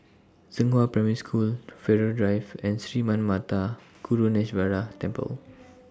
Zhenghua Primary School Farrer Drive and Sri Manmatha Karuneshvarar Temple